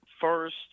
first